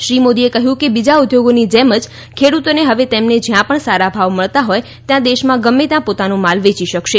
શ્રી મોદીએ કહ્યું કે બીજા ઉદ્યોગોની જેમ જ ખેડૂતો હવે તેમને જ્યાં પણ સારા ભાવ મળતા હોય ત્યાં દેશમાં ગમે ત્યાં પોતાનો માલ વેચી શકશે